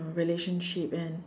relationship and